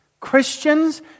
Christians